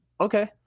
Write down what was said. Okay